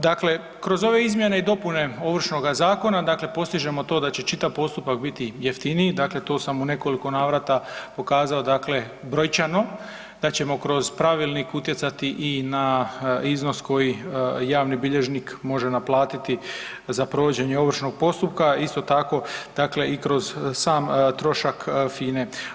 Dakle, kroz ove izmjene i dopune Ovršnoga zakona, dakle postižemo to da će čitav postupak biti jeftiniji, dakle to sam u nekoliko navrata pokazao dakle brojčano da ćemo kroz pravilnik utjecati i na iznos koji javni bilježnik može naplatiti za provođenje ovršnog postupka, isto tako dakle i kroz sam trošak FINE.